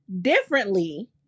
differently